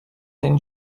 ten